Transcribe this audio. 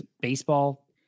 baseball